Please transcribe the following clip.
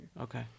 Okay